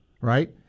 right